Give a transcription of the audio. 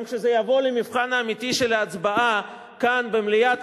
גם כשזה יבוא למבחן האמיתי של ההצבעה כאן במליאת